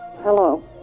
Hello